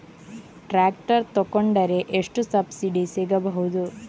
Tractor ತೊಕೊಂಡರೆ ಎಷ್ಟು subsidy ಸಿಗಬಹುದು?